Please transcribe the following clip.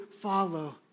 follow